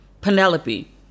Penelope